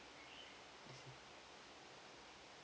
mmhmm